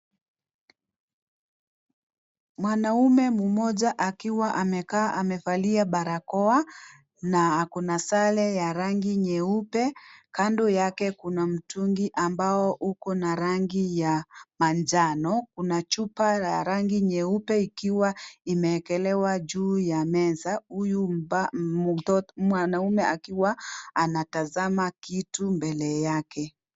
Mwanaume mmoja akiwa amekaa amevalia barakoa na ako na sare ya rangi nyeupe, kando yake kuna mtungi ambao uko na rangi ya manjano kuna chupa ya rangi nyeupe ikiwa imeekelewa juu ya meza huyu mwanaume akiwa anatazama kitu mbele yake.